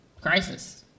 crisis